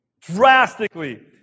Drastically